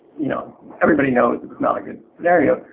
you know everybody knows that it's not a good scenario,